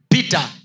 Peter